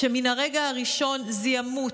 ומן הרגע הראשון זיהמו,